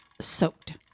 soaked